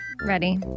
Ready